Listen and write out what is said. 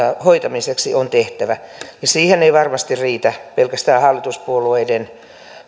hoitamiseksi on tehtävä ja siihen ei varmasti riitä pelkästään hallituspuolueiden